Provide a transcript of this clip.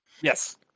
yes